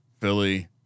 Philly